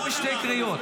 אתה בשתי קריאות.